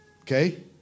Okay